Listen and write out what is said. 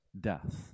death